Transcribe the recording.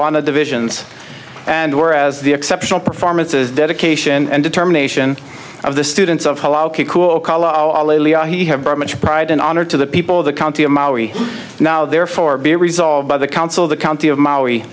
the visions and whereas the exceptional performances dedication and determination of the students of he have brought much pride and honor to the people of the county of maui now therefore be resolved by the council of the county of maui